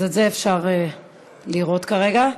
אז את זה אפשר לראות כרגע.